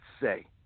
say